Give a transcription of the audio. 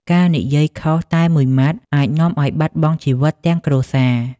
ការនិយាយខុសតែមួយម៉ាត់ អាចនាំឱ្យបាត់បង់ជីវិតទាំងគ្រួសារ។